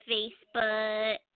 Facebook